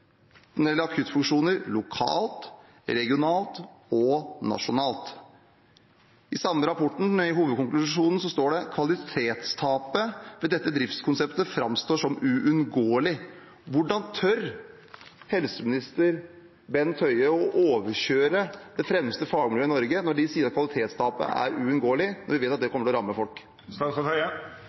akuttfunksjoner lokalt, regionalt og nasjonalt. I den samme rapporten, i hovedkonklusjonen, står det at «kvalitetstapet ved driftskonseptet framstår uunngåelig». Hvordan tør helseminister Bent Høie å overkjøre det fremste fagmiljøet i Norge når de sier at kvalitetstapet er uunngåelig, og vi vet at det kommer til å ramme